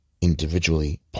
individually